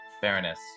Fairness